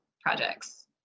projects